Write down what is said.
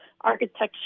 architecture